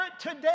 today